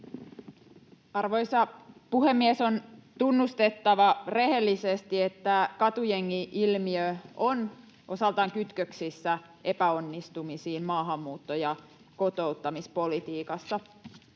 Arvoisa puhemies! On tunnustettava rehellisesti, että katujengi-ilmiö on osaltaan kytköksissä epäonnistumisiin maahanmuutto- ja kotouttamispolitiikassa.